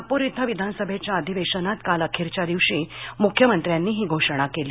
नागपूर इथं विधानसभेच्या अधिवेशनात काल अखेरच्या दिवशी मुख्यमंत्र्यांनी हि घोषणा केली